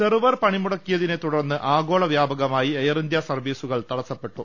server പണിമുടക്കിയതിനെ തുടർന്ന് ആഗോളവ്യാപക മായി എയർ ഇന്ത്യ സർവീസുകൾ തടസ്സപ്പെട്ടു